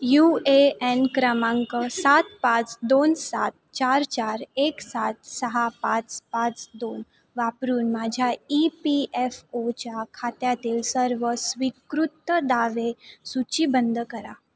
you A N क्रमांक सात पाच दोन सात चार चार एक सात सहा पाच पाच दोन वापरून माझ्या ई पी एफ ओच्या खात्यातील सर्व स्वीकृत दावे सूचीबद्ध करा